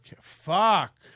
Fuck